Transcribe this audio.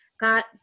got